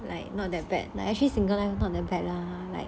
like not that bad lah actually single life not bad lah like